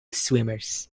swimmers